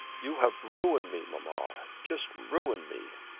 you have ruined me, mamma just ruined me.